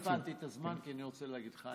לא הפעלתי את הזמן כי אני רוצה להגיד לך,